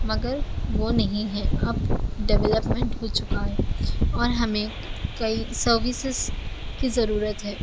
مگر وہ نہیں ہے اب ڈویلپمنٹ ہو چکا ہے اور ہمیں کئی سروسس کی ضرورت ہے